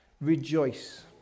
rejoice